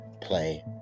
play